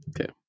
Okay